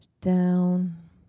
down